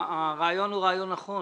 הרעיון הוא רעיון נכון.